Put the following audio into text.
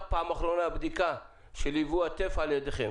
פעם אחרונה בדיקה של יבוא הטף על ידכם